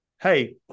hey